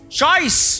choice